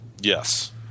Yes